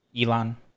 Elon